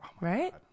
Right